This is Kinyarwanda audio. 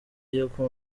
yuko